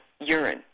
urine